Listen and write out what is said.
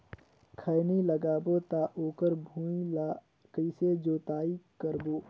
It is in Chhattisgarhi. खैनी लगाबो ता ओकर भुईं ला कइसे जोताई करबो?